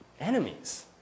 Enemies